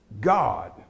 God